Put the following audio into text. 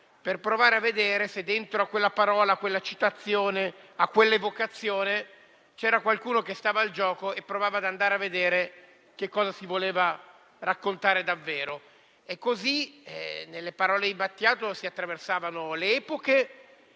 per provare a vedere se dentro a quella parola, a quella citazione, a quella evocazione c'era qualcuno che stava al gioco e provava ad andare a vedere che cosa si voleva raccontare davvero. Così, nelle parole di Battiato, si attraversavano le epoche